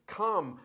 come